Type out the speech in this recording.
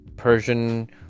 Persian